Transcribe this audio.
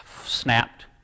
snapped